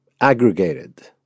aggregated